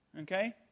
Okay